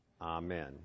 Amen